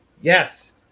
Yes